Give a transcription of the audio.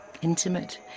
intimate